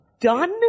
done